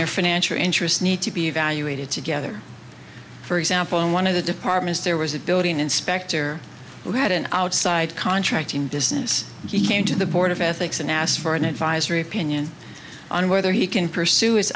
your financial interests need to be evaluated together for example in one of the departments there was a building inspector who had an outside contracting business he came to the board of ethics and asked for an advisory opinion on whether he can pursue is